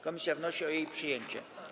Komisja wnosi o jej przyjęcie.